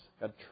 God